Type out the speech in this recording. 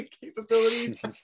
capabilities